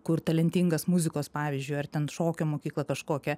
kur talentingas muzikos pavyzdžiui ar ten šokio mokyklą kažkokią